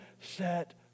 set